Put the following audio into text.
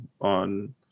on